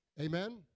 Amen